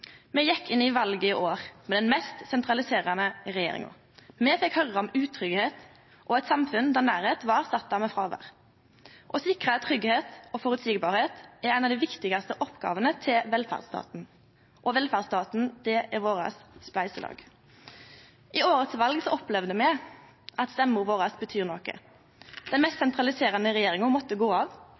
Me gjekk inn i valet i år med den mest sentraliserande regjeringa. Me fekk høyre om utryggleik og eit samfunn der nærleik var erstatta med fråvere. Å sikre tryggleik og føreseielegheit er ei av dei viktigaste oppgåvene til velferdsstaten, og velferdsstaten er vårt spleiselag. I årets val opplevde me at røysta vår betyr noko. Den mest sentraliserande regjeringa måtte gå av